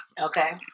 Okay